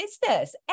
business